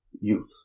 youth